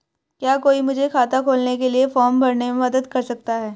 क्या कोई मुझे खाता खोलने के लिए फॉर्म भरने में मदद कर सकता है?